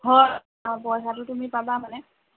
হয় অঁ পইচাটো তুমি পাবা মানে